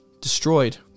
Destroyed